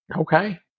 Okay